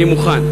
אני מוכן,